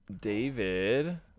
David